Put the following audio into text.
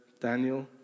Daniel